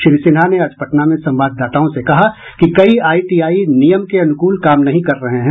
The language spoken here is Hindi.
श्री सिन्हा ने आज पटना में संवाददाताओं से कहा कि कई आईटीआई नियम के अनुकूल काम नहीं कर रहे हैं